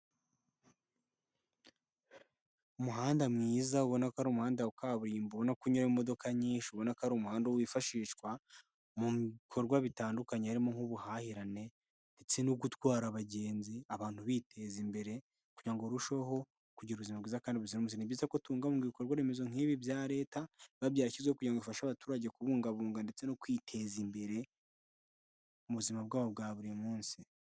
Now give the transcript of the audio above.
Umuhanda mwiza ubona ko ari umuhanda wa kaburimbo no kunyura imodoka nyinshi ubona ko ari umuhanda wifashishwa mu bikorwa bitandukanye harimo nk'ubuhahirane ndetse no gutwara abagenzi abantu biteza imbere kugira ngo barusheho kugira ubuzima bwiza kandi buzira imuze, ni byiza ko tubungabunga ibikorwaremezo nk'ibi bya leta biba byarashyizeho kugira ngo bifashe abaturage kubungabunga ndetse no kwiteza imbere mu buzima bwabo bwa buri munsi.